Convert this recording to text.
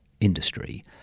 industry